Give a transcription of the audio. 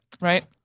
right